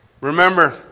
Remember